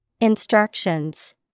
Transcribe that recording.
Instructions